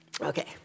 Okay